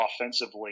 offensively